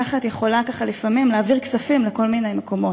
ככה את יכולה לפעמים להעביר כספים לכל מיני מקומות,